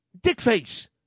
dickface